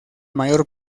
mayor